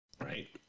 Right